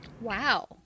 Wow